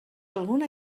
alguna